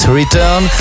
return